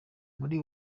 muri